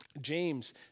James